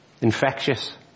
infectious